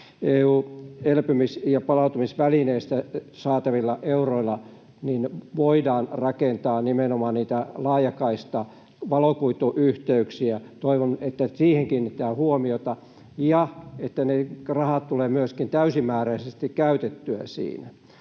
EU:n elpymis- ja palautumisvälineestä saatavia euroja, joilla voidaan rakentaa nimenomaan niitä laajakaista- ja valokuituyhteyksiä. Toivon, että siihen kiinnitetään huomiota, ja että ne rahat tulevat myöskin täysimääräisesti käytettyä siinä.